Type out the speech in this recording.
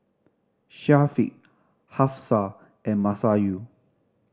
Syafiq Hafsa and Masayu